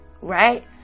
right